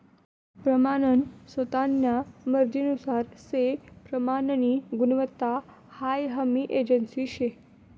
प्रमानन स्वतान्या मर्जीनुसार से प्रमाननी गुणवत्ता हाई हमी एजन्सी शे